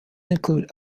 include